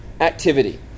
activity